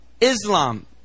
Islam